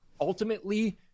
ultimately